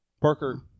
Parker